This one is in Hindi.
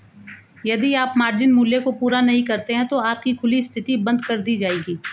यदि आप मार्जिन मूल्य को पूरा नहीं करते हैं तो आपकी खुली स्थिति बंद कर दी जाएगी